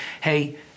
hey